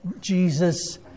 Jesus